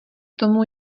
tomu